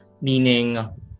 meaning